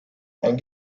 ein